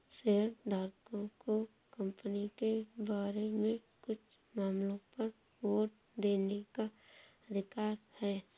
शेयरधारकों को कंपनी के बारे में कुछ मामलों पर वोट देने का अधिकार है